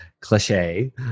cliche